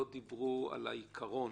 שלא דיברו על העיקרון.